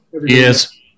yes